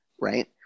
right